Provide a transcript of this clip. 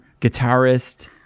guitarist